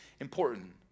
important